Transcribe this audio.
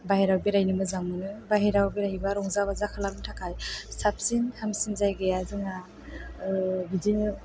बायहेरायाव बेरायनो मोजां मोनो बायहेरायाव बेरायहैबा रंजा बाजा खालामनो थाखाय साबसिन हामसिन जायगाया जोंना बिदिनो